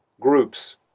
groups